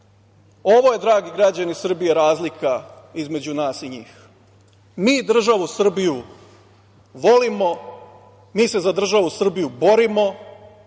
ovo je, dragi građani Srbije, razlika između nas i njih. Mi državu Srbiju volimo, mi se za državu Srbiju borimo,